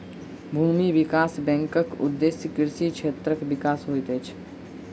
भूमि विकास बैंकक उदेश्य कृषि क्षेत्रक विकास होइत अछि